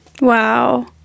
Wow